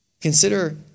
Consider